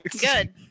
good